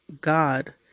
God